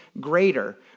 greater